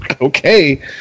okay